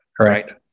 Correct